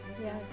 Yes